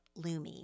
Lumi